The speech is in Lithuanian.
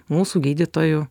mūsų gydytojų